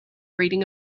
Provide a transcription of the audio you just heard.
reading